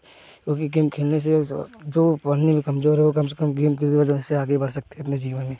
क्योंकि गेम खेलने से जो पढ़ने में कमज़ोर है कम से कम गेम की वजह से आगे बढ़ सकता है अपने जीवन में